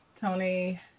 Tony